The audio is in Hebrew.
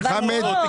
תחלטו אותו,